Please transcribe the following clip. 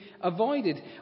avoided